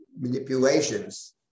manipulations